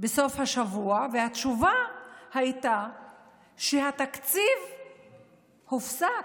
לסוף השבוע, והתשובה הייתה שהתקציב הופסק.